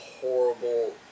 horrible